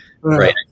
Right